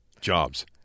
Jobs